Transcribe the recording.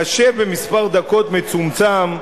קשה במספר דקות מצומצם,